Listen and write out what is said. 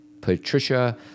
Patricia